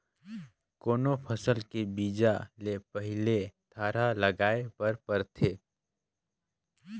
कोनो फसल के बीजा ले पहिली थरहा लगाए बर परथे